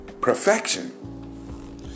perfection